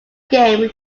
game